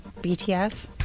BTS